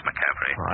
McCaffrey